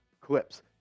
clips